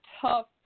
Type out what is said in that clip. tough